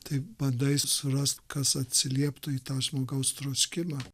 tai bandai surast kas atsilieptų į tą žmogaus troškimą